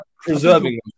preserving